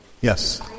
Yes